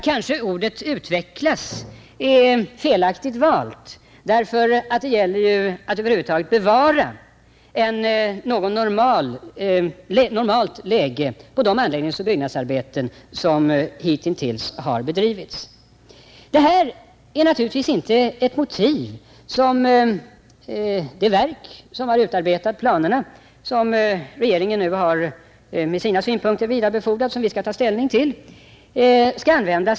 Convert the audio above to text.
Kanske ordet utvecklas är felaktigt valt, därför att det gäller ju att över huvud taget bevara en normal nivå på de anläggningsoch byggnadsarbeten som hittills har bedrivits. Det här är naturligtvis inte ett motiv, som det verk som utarbetat de planer som regeringen vill att vi skall ta ställning till, bör använda.